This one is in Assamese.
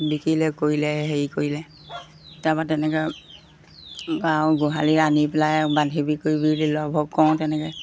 বিকিলে কৰিলে হেৰি কৰিলে তাৰপৰা তেনেকৈ আৰু গোহালি আনি পেলাই বান্ধিবি কৰিবি বুলি ল'ৰাবোৰক কওঁ তেনেকৈ